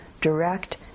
direct